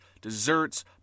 desserts